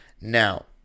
Now